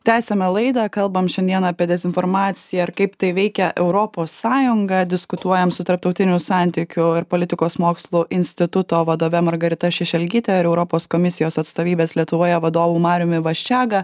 tęsiame laidą kalbam šiandien apie dezinformaciją kaip tai veikia europos sąjungą diskutuojam su tarptautinių santykių ir politikos mokslų instituto vadove margarita šešelgyte ir europos komisijos atstovybės lietuvoje vadovu mariumi vaščega